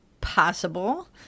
possible